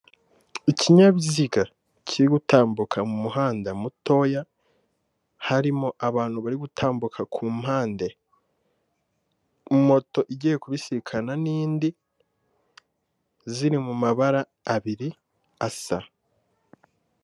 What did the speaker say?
Ikinyabiziga kiri gutambuka mu muhanda mutoya, harimo abantu bari gutambuka ku mpande, moto igiye kubisikana n'indi, ziri mu mabara abiri asa.